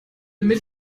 mit